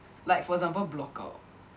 like for example blockout